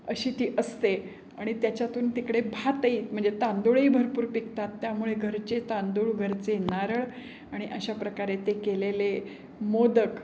अशी ती असते आणि त्याच्यातून तिकडे भातही म्हणजे तांदूळही भरपूर पिकतात त्यामुळे घरचे तांदूळ घरचे नारळ आणि अशा प्रकारे ते केलेले मोदक